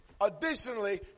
Additionally